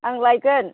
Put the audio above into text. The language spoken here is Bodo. आं लायगोन